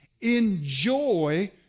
Enjoy